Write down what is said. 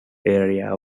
area